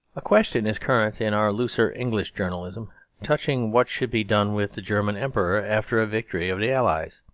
a question is current in our looser english journalism touching what should be done with the german emperor after a victory of the allies.